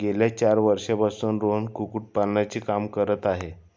गेल्या चार वर्षांपासून रोहन कुक्कुटपालनाचे काम करत आहे